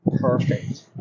Perfect